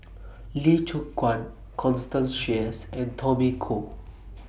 Lee Choon Guan Constance Sheares and Tommy Koh